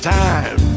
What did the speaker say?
time